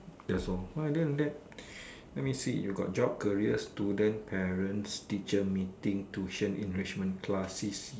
that's all other than that let me see you got job career student parents teacher meeting tuition enrichment class C